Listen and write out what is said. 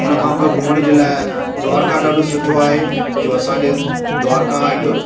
उनखां पोइ घुमण जे लाइ द्वारका ॾाढो सुठो आहे जो असांजे द्वारका हिकु